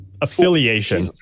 affiliation